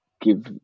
give